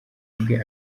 bwe